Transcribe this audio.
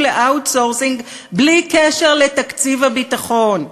ל-outsourcing בלי קשר לתקציב הביטחון,